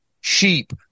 sheep